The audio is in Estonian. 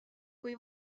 kui